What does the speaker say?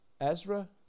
Ezra